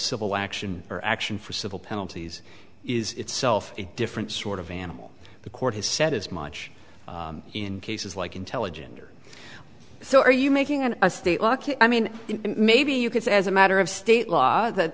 civil action or action for civil penalties is itself a different sort of animal the court has said as much in cases like intelligent or so are you making on a state lucky i mean maybe you could say as a matter of state law that